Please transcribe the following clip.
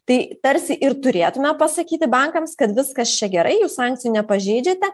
tai tarsi ir turėtume pasakyti bankams kad viskas čia gerai jūs sankcijų nepažeidžiate